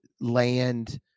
land